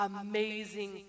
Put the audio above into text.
amazing